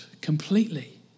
completely